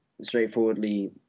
straightforwardly